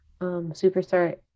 Superstar